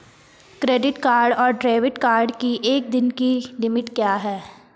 Credit card और debit card की एक दिन की लिमिट क्या है?